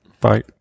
Bye